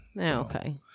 Okay